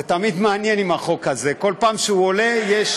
זה תמיד מעניין עם החוק הזה, בכל פעם שהוא עולה יש